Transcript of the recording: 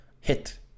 hit